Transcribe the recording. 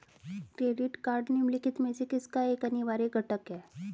Credit card निम्नलिखित में से किसका एक अनिवार्य घटक है?